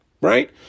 Right